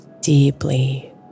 deeply